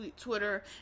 Twitter